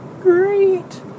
Great